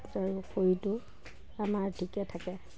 আৰু শৰীৰটো আমাৰ থিকে থাকে